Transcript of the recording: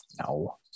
No